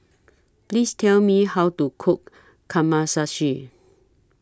Please Tell Me How to Cook